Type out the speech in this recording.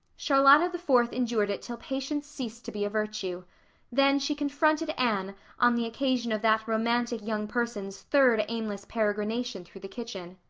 charlotta the fourth endured it till patience ceased to be a virtue then she confronted anne on the occasion of that romantic young person's third aimless peregrination through the kitchen.